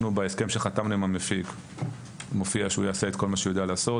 בהסכם שחתמנו עם המפיק מופיע שהוא יעשה את כל מה שהוא יודע לעשות,